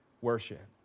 worship